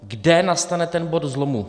Kde nastane ten bod zlomu.